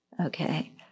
Okay